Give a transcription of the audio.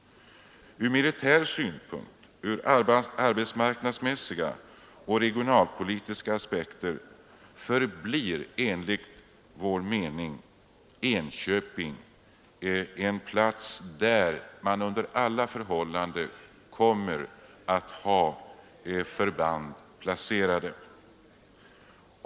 Från militär synpunkt, ur arbetsmarknadsmässiga och regionalpolitiska aspekter förblir Enköping enligt vår mening en plats där man under alla förhållanden kommer att ha förband placerade.